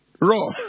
raw